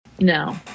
No